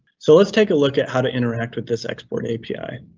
so let's take a look at how to interact with this export api.